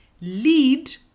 Lead